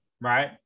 right